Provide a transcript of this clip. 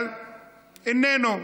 אבל הוא איננו.